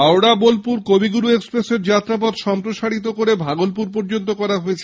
হাওড়া বোলপুর কবিগুরু এক্সপ্রেসের যাত্রা পথ সম্প্রসারিত করে ভাগলপুর পর্যন্ত করা হয়েছে